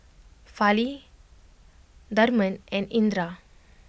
Fali Tharman and Indira